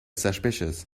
suspicious